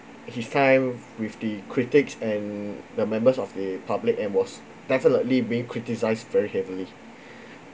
his time with the critics and the members of the public and was definitely being criticised very heavily